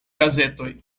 gazetoj